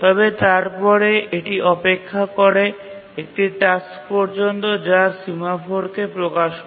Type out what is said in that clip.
তবে তারপরে এটি অপেক্ষা করে একটি টাস্ক পর্যন্ত যা সিমাফোরকে প্রকাশ করে